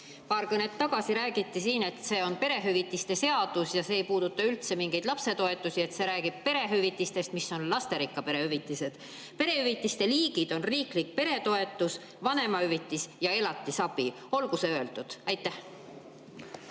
Paar kõnet tagasi räägiti siin, et see on perehüvitiste seadus ja see ei puuduta üldse mingeid lapsetoetusi, et see räägib perehüvitistest, mis on lasterikka pere hüvitised. Perehüvitiste liigid on riiklik peretoetus, vanemahüvitis ja elatisabi. Olgu see öeldud. Aitäh!